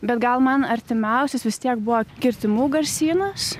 bet gal man artimiausias vis tiek buvo kirtimų garsynas